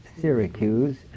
Syracuse